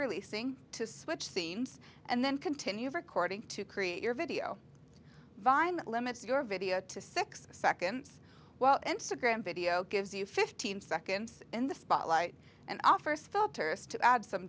releasing to switch seams and then continue recording to create your video vine that limits your video to six seconds while instagram video gives you fifteen seconds in the spotlight and offers filters to add some